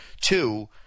Two